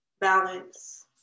balance